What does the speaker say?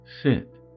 sit